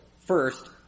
first